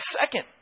Second